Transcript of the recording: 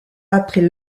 après